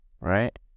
right